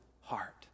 heart